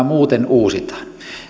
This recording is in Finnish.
muuten uusitaan